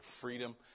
freedom